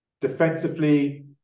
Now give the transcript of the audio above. Defensively